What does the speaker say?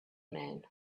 man